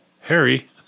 Harry